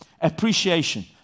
Appreciation